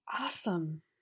Awesome